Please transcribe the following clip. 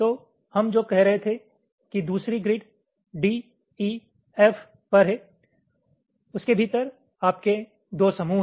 तो हम जो कह रहे थे कि दूसरी ग्रिड D E F पर है उसके भीतर आपके दो समूह हैं